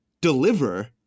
deliver